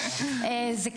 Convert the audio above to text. זה קיים.